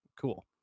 cool